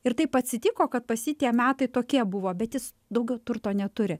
ir taip atsitiko kad pas jį tie metai tokie buvo bet jis daugiau turto neturi